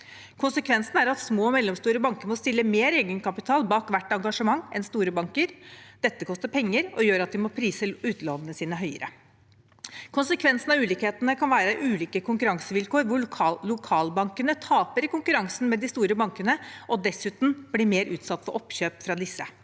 Konsekvensen er at små og mellomstore banker må stille mer egenkapital bak hvert engasjement enn store banker. Dette koster penger og gjør at de må prise utlånene sine høyere. Konsekvensen av ulikhetene kan være ulike konkurransevilkår, hvor lokalbankene taper i konkurransen med de store bankene og dessuten blir mer utsatt for oppkjøp fra disse.